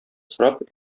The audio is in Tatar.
сорап